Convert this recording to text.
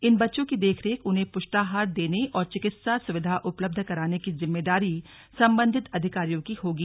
इन बच्चों की देखरेख उन्हें पुष्टाहार देने और चिकित्सा सुविधा उपलब्ध कराने की जिम्मेदारी संबंधित अधिकारियों की होगी